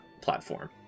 platform